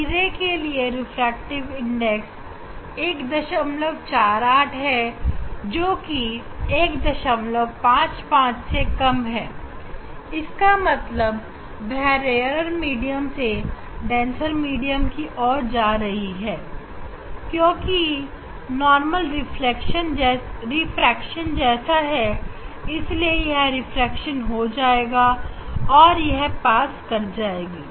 e ray के लिए refractive index 148 है जोकि 15 से कम है इसका मतलब वह रेयर मीडियम से डेंसर मीडियम की तरफ जा रही है जो कि नॉर्मल रिफ्रैक्शन जैसा है इसीलिए इस का रिफ्रैक्शन हो जाएगा और यह पास कर जाएगी